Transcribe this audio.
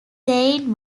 saying